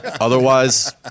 Otherwise